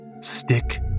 Stick